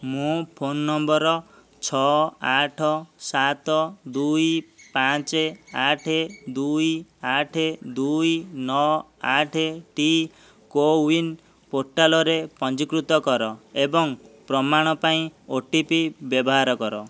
ମୋ phone number ଛଅ ଆଠ ସାତ ଦୁଇ ପାଞ୍ଚ ଆଠ ଦୁଇ ଆଠ ଦୁଇ ନଅ ଆଠଟି କୋ ୱିନ ପୋର୍ଟାଲରେ ପଞ୍ଜୀକୃତ କର ଏବଂ ପ୍ରମାଣ ପାଇଁ ଓ ଟି ପି ବ୍ୟବହାର କର